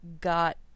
got